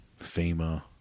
FEMA